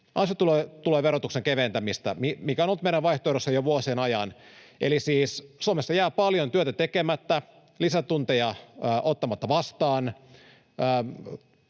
Ansiotuloverotuksen keventäminen on ollut meidän vaihtoehdossa jo vuosien ajan. Eli siis Suomessa jää paljon työtä tekemättä, lisätunteja ottamatta vastaan,